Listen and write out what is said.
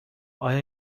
آیا